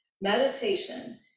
Meditation